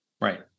right